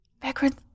Backwards